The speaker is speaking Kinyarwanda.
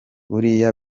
buriya